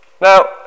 Now